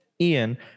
Ian